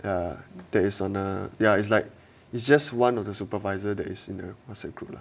ya there is on a ya it's like it's just one of the supervisor that is in a Whatsapp group 了